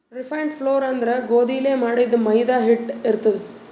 refined flour ಅಂದ್ರ ಗೋಧಿಲೇ ಮಾಡಿದ್ದ್ ಮೈದಾ ಹಿಟ್ಟ್ ಇರ್ತದ್